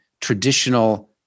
traditional